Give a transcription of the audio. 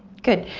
good,